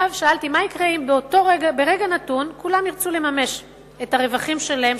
שאלתי: מי יקרה אם ברגע נתון כולם ירצו לממש את הרווחים שלהם,